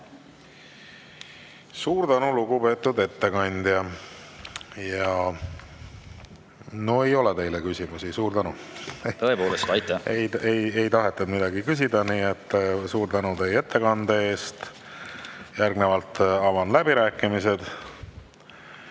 Suur tänu, lugupeetud ettekandja! Ja no ei ole teile küsimusi. Suur tänu! Tõepoolest. Aitäh! Ei taheta midagi küsida, nii et suur tänu teile ettekande eest. Järgnevalt avan läbirääkimised.